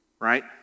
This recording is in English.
right